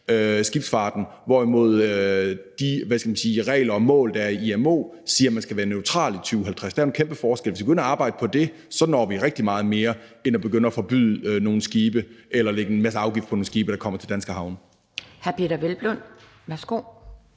i 2050, hvorimod de regler og mål, der er i IMO, siger, at man skal have reduceret CO2-udledningen med 50 pct. i 2050. Der er en kæmpe forskel. Hvis vi begynder at arbejde på det, når vi rigtig meget mere, end hvis vi begynder at forbyde nogle skibe eller lægger en masse afgifter på nogle skibe, der kommer til danske havne.